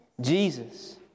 Jesus